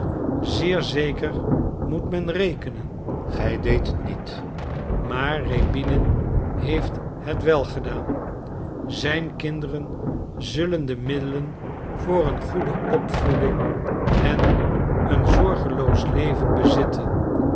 zeer zeker moet men rekenen gij deedt het niet maar rjäbinin heeft het wel gedaan zijn kinderen zullen de middelen voor een goede opvoeding en een zorgeloos leven bezitten